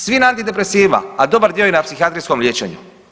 Svi na antidepresivima, a dobar dio i na psihijatrijskom liječenju.